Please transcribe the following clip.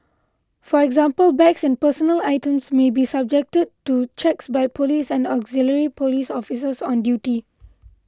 for example bags and personal items may be subjected to checks by police and auxiliary police officers on duty